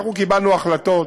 אנחנו קיבלנו החלטות